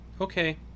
Okay